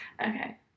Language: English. Okay